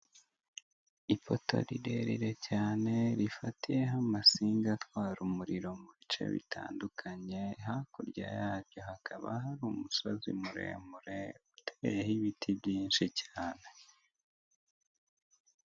Ipoto rirerire cyane rifatiyeho amasinga atwara umuriro mu bice bitandukanye, hakurya yaryo hakaba hari umusozi muremure uteyeho ibiti byinshi cyane.